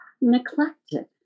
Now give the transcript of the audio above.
neglected